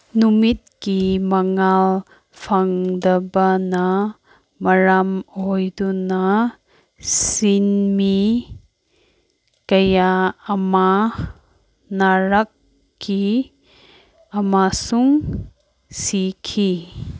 ꯅꯨꯃꯤꯠꯀꯤ ꯃꯉꯥꯜ ꯐꯪꯗꯕꯅ ꯃꯔꯝ ꯑꯣꯏꯗꯨꯅ ꯁꯤꯟꯃꯤ ꯀꯌꯥ ꯑꯃ ꯅꯥꯔꯛꯈꯤ ꯑꯃꯁꯨꯡ ꯁꯤꯈꯤ